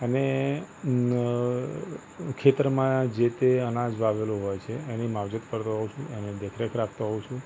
અને ખેતરમાં અ જે તે અનાજ વાવેલું હોય છે એની માવજત કરતો હોઉં છું એની દેખરેખ કરતો હોઉં છું